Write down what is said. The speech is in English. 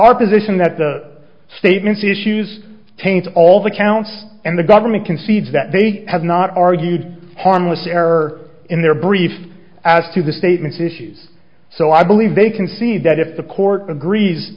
our position that the statements issues taints all the counts and the government concedes that they have not argued harmless error in their briefs as to the statements issues so i believe they can see that if the court agrees